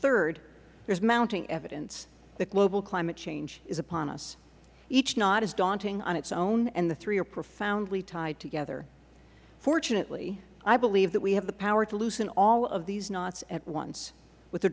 third there is mounting evidence that global climate change is upon us each knot is daunting on its own and the three are profoundly tied together fortunately i believe that we have the power to loosen all of these knots at once with a